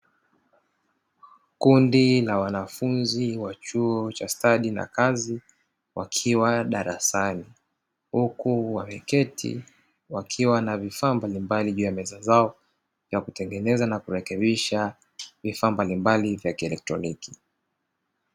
Kundi la wanafunzi wa chuo cha stadi na kazi wakiwa darasani, huku wameketi wakiwa na vifaa mbalimbali juu ya meza zao; vya kutengeneza na kurekebisha vifaa mbalimbali vya kielektroniki.